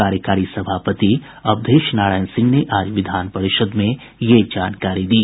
कार्यकारी सभापति अवधेश नारायण सिंह ने आज विधान परिषद् में ये जानकारी दी